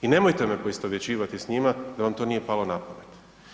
I nemojte me poistovjećivati s njima da vam to nije palo na pamet.